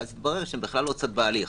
ואז התברר שהם בכלל לא צד בהליך.